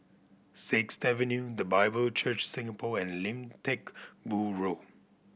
Sixth Avenue The Bible Church Singapore and Lim Teck Boo Road